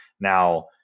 Now